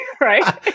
Right